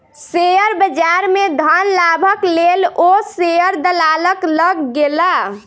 share बजार में धन लाभक लेल ओ शेयर दलालक लग गेला